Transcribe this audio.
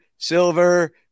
silver